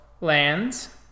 Lands